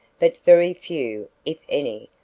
but very few, if any,